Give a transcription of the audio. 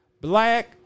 Black